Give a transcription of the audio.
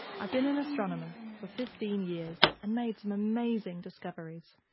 i've been an astronomer for fifteen years and made some amazing discoveries.